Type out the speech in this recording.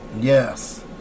Yes